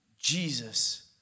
jesus